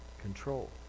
control